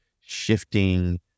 shifting